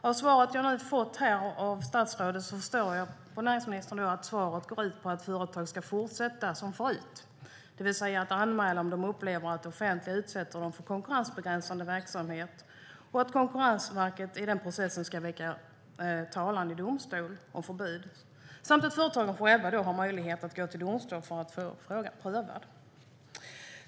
Av det svar jag nu fått av näringsministern förstår jag att det går ut på att företag ska fortsätta som förut, det vill säga anmäla om de upplever att det offentliga utsätter dem för konkurrensbegränsande verksamhet och att Konkurrensverket i den processen ska väcka talan i domstol om förbud samt att företagen själva har möjlighet att gå till domstol för att få frågan prövad.